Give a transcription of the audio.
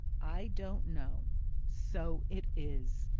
i don't know so it is.